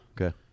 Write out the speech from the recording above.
okay